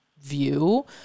view